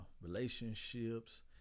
relationships